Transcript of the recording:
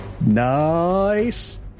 Nice